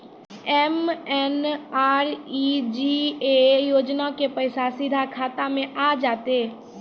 MNREGA योजना के पैसा सीधा खाता मे आ जाते?